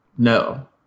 No